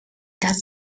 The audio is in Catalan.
cas